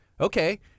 okay